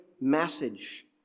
message